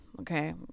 okay